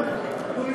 ראיתי את זה היום.